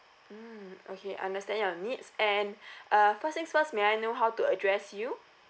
mm okay understand your needs and uh first thing first may I know how to address you